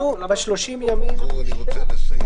תיקון סעיף 22י .